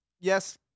yes